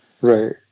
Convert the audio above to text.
Right